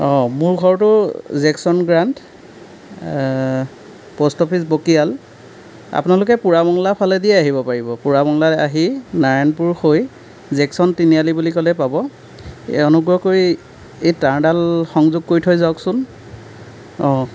অঁ মোৰ ঘৰটো junction grant post office Bokiyal আপোনালোকে পোৰা বঙলা ফালেদি আহিব পাৰিব পোৰা বঙলাত আহি নাৰায়নপুৰ হৈ জেকচন তিনিআলি বুলি ক'লেই পাব অনুগ্ৰহ কৰি এই তাঁৰডাল সংযোগ কৰি থৈ যাওকচোন অঁ